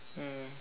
mm